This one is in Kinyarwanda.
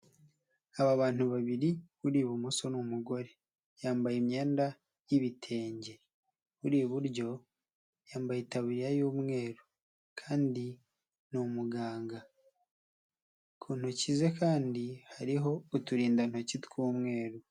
Aba bantu babiri uri ibumoso n'umugore yambaye imyenda y'ibitenge, uri iburyo yambaye itapiriya y'umweru kandi ni umuganga, ku ntoki ze kandi hariho uturindantoki tw'umweru.